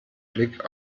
blick